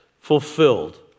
fulfilled